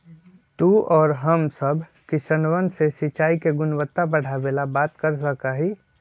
तू और हम सब किसनवन से सिंचाई के गुणवत्ता बढ़ावे ला बात कर सका ही